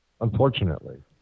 Unfortunately